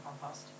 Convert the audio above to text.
compost